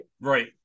right